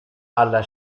alla